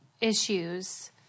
issues